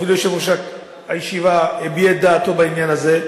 אפילו יושב-ראש הישיבה הביע את דעתו בעניין הזה.